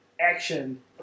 action